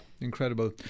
incredible